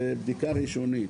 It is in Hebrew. זו בדיקה ראשונית.